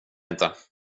inte